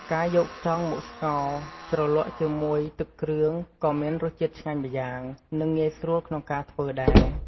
ការយកខ្យងមកស្ងោរ ជ្រលក់ជាមួយទឹកគ្រឿង ក៏មានរសជាតិឆ្ងាញ់ម្យ៉ាង និងងាយស្រួលក្នុងការធ្វើដែរ។